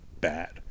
bad